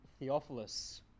theophilus